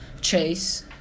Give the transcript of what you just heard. Chase